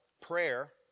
prayer